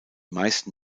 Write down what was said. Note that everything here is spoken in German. meisten